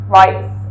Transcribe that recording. rights